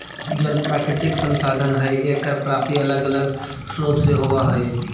जल प्राकृतिक संसाधन हई एकर प्राप्ति अलग अलग स्रोत से होवऽ हई